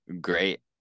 great